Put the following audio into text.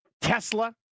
Tesla